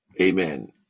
Amen